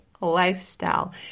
lifestyle